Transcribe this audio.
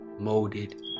molded